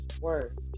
word